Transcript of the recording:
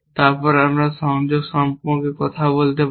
তারপর আমরা সংযোগ সম্পর্কে কথা বলতে পারি